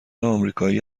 آمریکایی